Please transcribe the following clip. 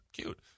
cute